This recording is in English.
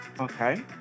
Okay